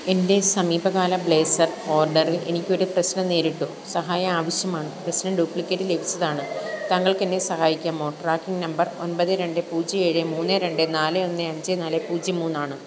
എൻ്റെ സമീപകാല ബ്ലേസർ ഓർഡറിൽ എനിക്കൊരു പ്രശ്നം നേരിട്ടു സഹായം ആവശ്യമാണ് പ്രശ്നം ഡ്യൂപ്ലിക്കേറ്റ് ലഭിച്ചതാണ് താങ്കൾക്ക് എന്നെ സഹായിക്കാമോ ട്രാക്കിംഗ് നമ്പർ ഒൻപത് രണ്ട് പൂജ്യം ഏഴ് മൂന്ന് രണ്ട് നാല് ഒന്ന് അഞ്ച് നാല് പൂജ്യം മൂന്നാണ്